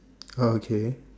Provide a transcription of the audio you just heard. oh okay